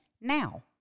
now